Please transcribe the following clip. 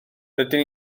rydyn